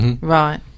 Right